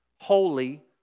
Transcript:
holy